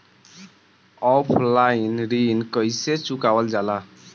Offline ऋण कइसे चुकवाल जाला?